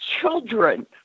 children